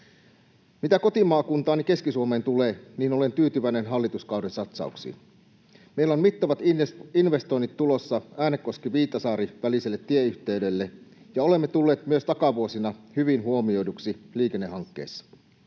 Mitä kotimaakuntaani Keski-Suomeen tulee, niin olen tyytyväinen hallituskauden satsauksiin. Meillä on mittavat investoinnit tulossa Äänekoski—Viitasaari-väliselle tieyhteydelle, ja olemme tulleet myös takavuosina hyvin huomioiduiksi liikennehankkeissa.